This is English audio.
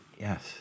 Yes